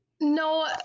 No